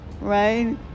right